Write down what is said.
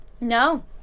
no